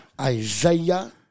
Isaiah